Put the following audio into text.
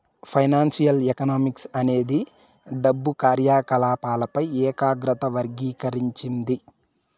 financial economics అనేది డబ్బు కార్యకాలపాలపై ఏకాగ్రత వర్గీకరించింది